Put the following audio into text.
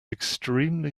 extremely